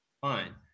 Fine